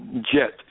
jet